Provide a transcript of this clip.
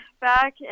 back